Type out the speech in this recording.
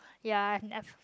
ya I've never